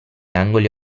angoli